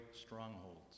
strongholds